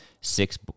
six